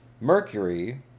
Mercury